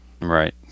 Right